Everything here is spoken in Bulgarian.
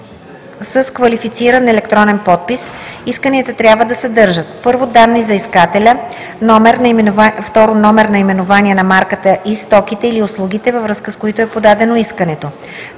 с квалифициран електронен подпис. Исканията трябва да съдържат: 1. данни за искателя; 2. номер, наименование на марката и стоките или услугите, във връзка с които е подадено искането;